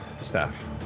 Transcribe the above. staff